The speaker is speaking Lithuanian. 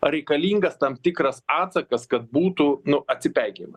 reikalingas tam tikras atsakas kad būtų nu atsipeikėjama